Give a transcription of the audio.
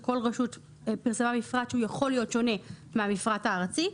כשכל רשות פרסמה מפרט שיכול להיות שונה מן המפרט הארצי.